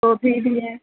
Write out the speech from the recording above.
گوبھی بھی ہے